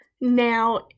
Now